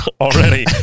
already